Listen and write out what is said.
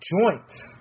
joints